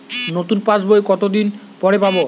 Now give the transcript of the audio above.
নতুন পাশ বই কত দিন পরে পাবো?